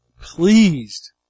pleased